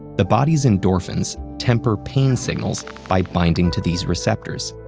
the body's endorphins temper pain signals by binding to these receptors,